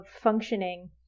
functioning